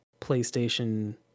PlayStation